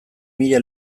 mila